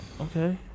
okay